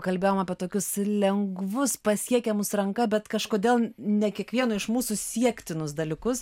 kalbėjom apie tokius lengvus pasiekiamus ranka bet kažkodėl ne kiekvieno iš mūsų siektinus dalykus